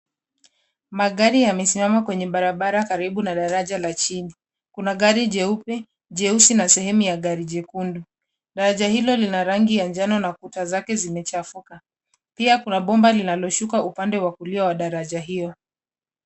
Magari yamesimama kwenye barabara karibu na daraja la chini, kuna gari jeupe, jeusi, na sehemu ya gari jekundu. Daraja hilo lina rangi ya njano na kuta zake zimechafuka. Pia, kuna bomba linaloshuka upande wa kulia wa daraja hiyo.